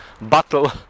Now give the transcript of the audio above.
battle